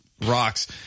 rocks